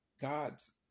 God's